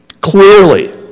clearly